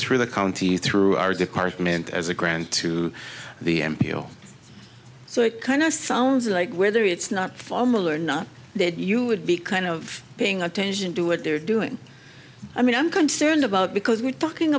through the county through our department as a grant to the m p o so it kind of sounds like whether it's not formal or not that you would be kind of paying attention to what they're doing i mean i'm concerned about because we're talking